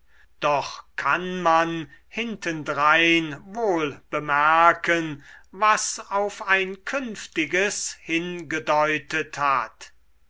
doch kann man hintendrein wohl bemerken was auf ein künftiges hingedeutet hat